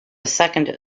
second